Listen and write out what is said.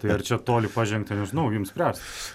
tai ar čia toli pažengta nežinau jum spręst